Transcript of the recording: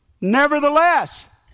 Nevertheless